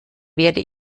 werde